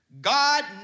God